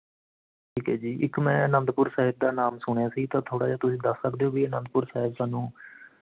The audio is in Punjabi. ਠੀਕ ਹੈ ਜੀ ਇੱਕ ਮੈਂ ਅਨੰਦਪੁਰ ਸਾਹਿਬ ਦਾ ਨਾਮ ਸੁਣਿਆ ਸੀ ਤਾਂ ਥੋੜ੍ਹਾ ਜਿਹਾ ਤੁਸੀਂ ਦੱਸ ਸਕਦੇ ਓ ਵੀ ਅਨੰਦਪੁਰ ਸਾਹਿਬ ਸਾਨੂੰ